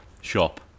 shop